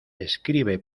escribe